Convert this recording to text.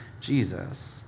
Jesus